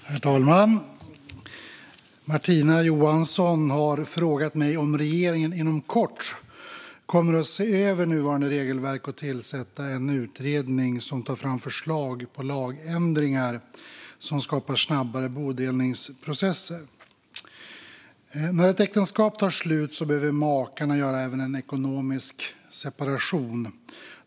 Svar på interpellationer Herr talman! Martina Johansson har frågat mig om regeringen inom kort kommer att se över nuvarande regelverk och tillsätta en utredning som tar fram förslag på lagändringar som skapar snabbare bodelningsprocesser. När ett äktenskap tar slut behöver makarna göra även en ekonomisk separation.